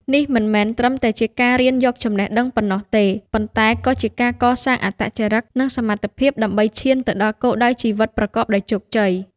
នេះមិនមែនត្រឹមតែជាការរៀនយកចំណេះដឹងប៉ុណ្ណោះទេ ប៉ុន្តែក៏ជាការកសាងអត្តចរិត និងសមត្ថភាពដើម្បីឈានទៅដល់គោលដៅជីវិតប្រកបដោយជោគជ័យ។